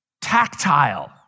tactile